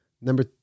Number